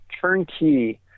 turnkey